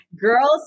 Girls